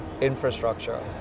infrastructure